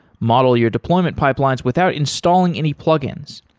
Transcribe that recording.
model your deployment pipelines without installing any plugins,